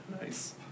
Nice